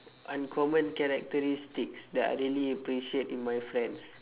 uncommon characteristics that I really appreciate in my friends